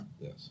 Yes